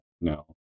no